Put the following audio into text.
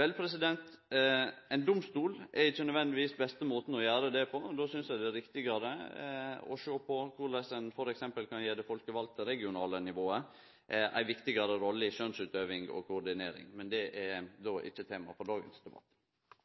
Vel, ein domstol er ikkje nødvendigvis den beste måten å gjere det på. Eg synest det er riktigare å sjå på korleis ein f.eks. kan gje det folkevalde regionale nivået ei viktigare rolle i skjønnsutøvinga og i koordineringa. Men det er ikkje tema i dagens debatt.